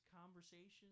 conversations